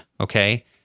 okay